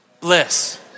Bliss